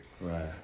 Right